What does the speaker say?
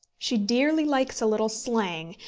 she dearly likes a little slang,